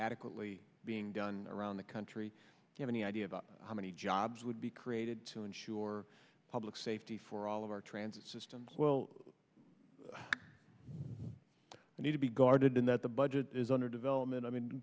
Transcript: adequately being done around the country you have any idea about how many jobs would be created to ensure public safety for all of our transit systems will need to be guarded and that the budget is under development i